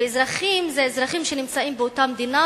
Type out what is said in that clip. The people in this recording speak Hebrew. אזרחים שנמצאים באותה מדינה,